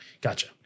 Gotcha